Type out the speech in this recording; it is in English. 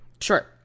Sure